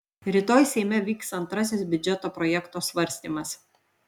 rytoj seime vyks antrasis biudžeto projekto svarstymas